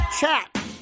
Chat